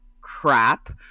crap